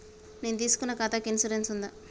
నేను తీసుకున్న ఖాతాకి ఇన్సూరెన్స్ ఉందా?